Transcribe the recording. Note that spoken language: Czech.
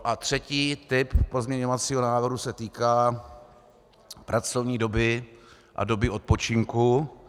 A třetí typ pozměňovacího návrhu se týká pracovní doby a doby odpočinku.